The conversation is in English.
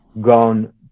gone